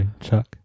Chuck